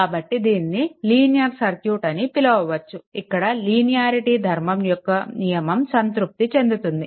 కాబట్టి దీనిని linear circuit అని పిలవవచ్చు ఇక్కడ లీనియారిటీ ధర్మం యొక్క నియమం సంతృప్తి చెందుతుంది